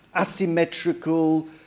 asymmetrical